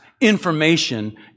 information